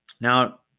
now